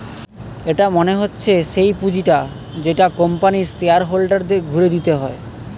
এটা মনে হচ্ছে সেই পুঁজিটা যেটা কোম্পানির শেয়ার হোল্ডারদের ঘুরে দিতে হয়